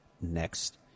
next